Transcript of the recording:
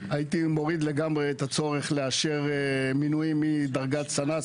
הייתי מוריד לגמרי את הצורך לאשר מינויים מדרגת סנ"צ,